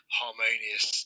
harmonious